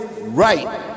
right